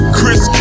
Chris